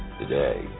Today